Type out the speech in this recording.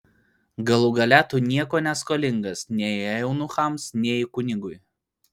galų gale tu nieko neskolingas nei eunuchams nei kunigui